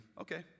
okay